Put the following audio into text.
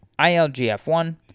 ILGF1